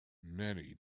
many